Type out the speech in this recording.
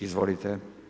Izvolite.